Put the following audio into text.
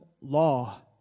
law